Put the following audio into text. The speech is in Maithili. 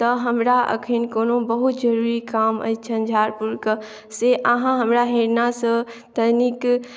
तऽ हमरा अखन कोनो बहुत जरूरी काम अछि झंझारपुरके से अहाँ हमरा हीरनासँ तनिक